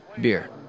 beer